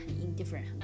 indifferent